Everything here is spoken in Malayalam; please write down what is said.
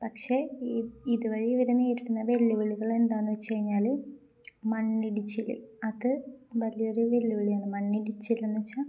പക്ഷെ ഇതുവഴി ഇവരെ നേരിടുന്ന വെല്ലുവിളികള് എന്താന്ന് വെച്ച് കഴിഞ്ഞാല് മണ്ണിടിച്ചില് അത് വല്ിയൊരു വെല്ലുവിളിയാണ് മണ്ണിടിച്ചില്ലന്ന് വെച്ചാ